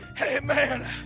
Amen